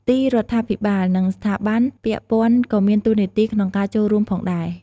ទីរដ្ឋាភិបាល និងស្ថាប័នពាក់ព័ន្ធក៏មានតួនាទីក្នុងការចូលរួមផងដែរ។